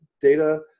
data